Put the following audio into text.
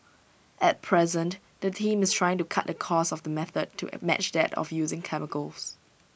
at present the team is trying to cut the cost of the method to match that of using chemicals